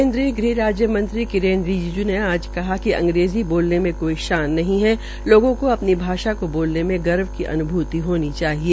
केन्द्रीय गृह राज्य मंत्री किरेन रिजिज् ने आज कहा है कि अंग्रेजी बोलने में कोई शान नहीं है लोगों को अपनी भाषा को बोलने में गर्व की अनुभूति होनी चाहिए